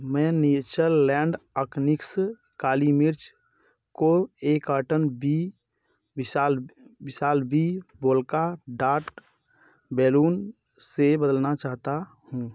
मैं Natureland organics काली मिर्च को एक कार्टन बी बिशाल बिशाल बी पोल्का डाक्ट बैलून से बदलना चाहता हूँ